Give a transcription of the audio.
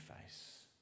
face